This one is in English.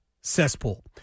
cesspool